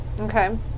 okay